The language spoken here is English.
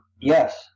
Yes